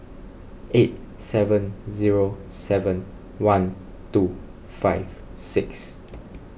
eight seven zero seven one two five six